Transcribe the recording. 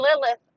Lilith